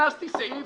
הכנסתי סעיף